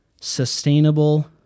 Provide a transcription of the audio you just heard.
sustainable